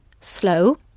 Slow